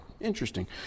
Interesting